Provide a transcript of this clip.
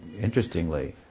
interestingly